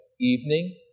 Evening